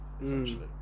essentially